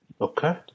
Okay